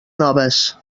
noves